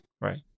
right